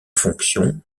fonction